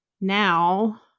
now